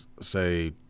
say